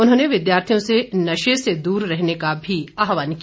उन्होंने विद्यार्थियों से नशे से दूर रहने का भी आह्वान किया